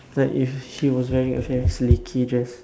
like if she was wearing a very sleeky dress